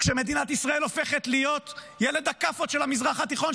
כשמדינת ישראל הופכת להיות ילד הכאפות של המזרח התיכון,